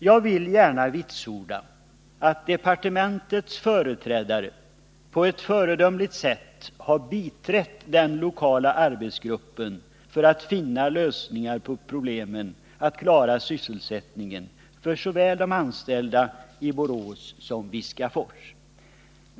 Jag vill gärna vitsorda att departementets företrädare på ett föredömligt sätt har biträtt den lokala arbetsgruppen för att försöka finna lösningar på problemet med att klara sysselsättningen för de anställda såväl i Borås som i Viskafors.